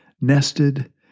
nested